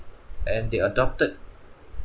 and they adopted